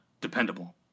dependable